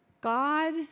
God